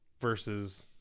versus